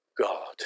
God